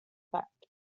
effect